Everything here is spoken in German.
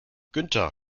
günther